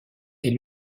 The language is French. est